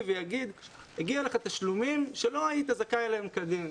ויאמר שהגיעו לך תשלומים להם לא היית זכאי כדין.